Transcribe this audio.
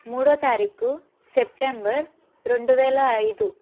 మూడో తారీఖు సెప్టెంబర్ రెండు వేల ఐదు